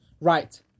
Right